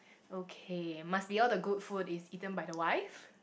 okay must be all the good food is eaten by the wife